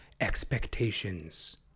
expectations